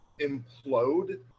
implode